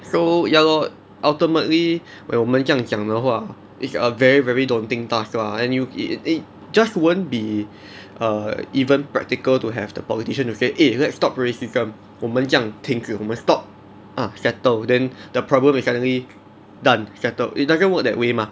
so ya lor ultimately when 我们这样讲的话 it's a very very daunting task lah and you eat it just won't be err even practical to have the politician to say eh let's stop racism 我们这样停止我们 stop ah settle then the problem will suddenly done settled it doesn't work that way mah